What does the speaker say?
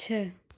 छः